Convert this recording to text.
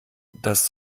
dass